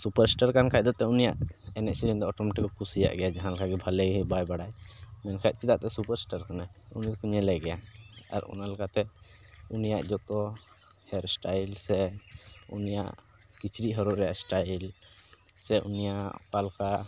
superstar ᱠᱟᱱ ᱠᱷᱟᱡ ᱫᱚ ᱩᱱᱤᱭᱟᱜ ᱮᱱᱮᱡ ᱥᱮᱨᱮᱧ ᱫᱚ ᱚᱴᱳᱢᱮᱴᱤᱠ ᱠᱚ ᱠᱩᱥᱤᱭᱟᱜ ᱜᱮᱭᱟ ᱡᱟᱦᱟᱸ ᱞᱮᱠᱟ ᱜᱮ ᱵᱷᱟᱞᱮᱭ ᱵᱟᱭ ᱵᱟᱲᱟᱭ ᱢᱮᱱᱠᱷᱟᱱ ᱪᱮᱫᱟᱜ ᱫᱚ ᱥᱩᱯᱟᱨᱥᱴᱟᱨ ᱠᱟᱱᱟᱭ ᱩᱱᱤ ᱫᱚᱠᱚ ᱧᱮᱞᱮ ᱜᱮᱭᱟ ᱟᱨ ᱚᱱᱟ ᱞᱮᱠᱟᱛᱮ ᱩᱱᱤᱭᱟᱜ ᱡᱚᱛᱚ ᱦᱮᱭᱟᱨᱥᱴᱟᱭᱤᱞ ᱥᱮ ᱩᱱᱤᱭᱟᱜ ᱠᱤᱪᱨᱤᱡ ᱦᱚᱨᱚᱜ ᱨᱮᱭᱟᱜ ᱥᱴᱟᱭᱤᱞ ᱥᱮ ᱩᱱᱤᱭᱟᱜ ᱚᱠᱟ ᱞᱮᱠᱟ